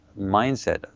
mindset